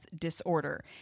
disorder